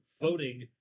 voting